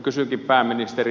kysynkin pääministeri